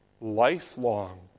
lifelong